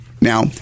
Now